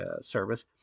service